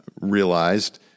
realized